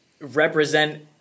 represent